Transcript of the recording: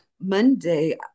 Monday